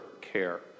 care